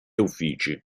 uffici